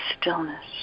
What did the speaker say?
stillness